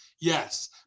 Yes